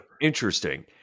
Interesting